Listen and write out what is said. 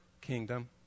kingdom